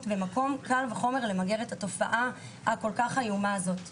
ולהתנהג כבני אדם ושצריך למגר את התופעה הכול כך איומה הזו.